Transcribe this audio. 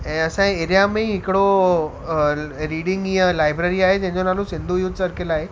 ऐं असांजे एरीआ में हिकिड़ो रीडिंग या लाइब्रेरी आहे जंहिंजो नालो सिंधू यूथ सर्कल आहे